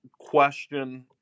question